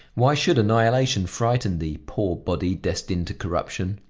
why should annihilation frighten thee, poor body, destined to corruption?